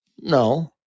No